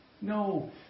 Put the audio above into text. No